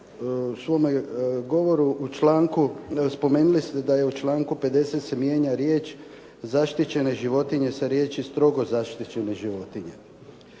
u svome govoru spomenuli ste da u članku 50. se mijenja riječ: "zaštićene životinje" sa riječi: "strogo zaštićene životinje".